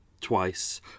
twice